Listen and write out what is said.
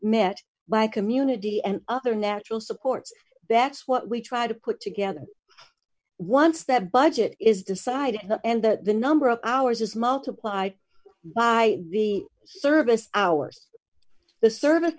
met by community and other natural supports that's what we try to put together once that budget is decided and that the number of hours is multiplied by the service hours the service